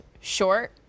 short